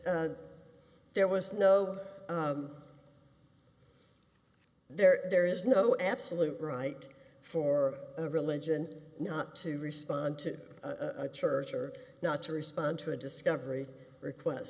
that there was no there there is no absolute right for a religion not to respond to a church or not to respond to a discovery request